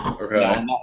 Okay